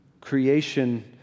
Creation